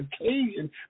occasion